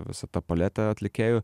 visa ta paletė atlikėjų